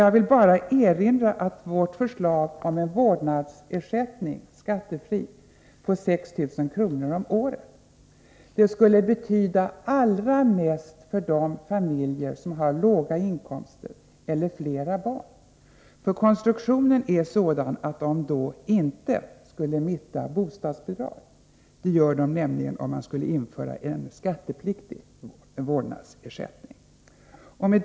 Jag vill bara erinra om att vårt förslag om en skattefri vårdnadsersättning på 6000 kr. om året skulle betyda allra mest för de familjer som har låga inkomster eller flera barn. Konstruktionen är nämligen sådan att de då inte skulle mista bostadsbidrag. Det gör de, om man skulle införa en skattepliktig vårdnadsersättning. Herr talman!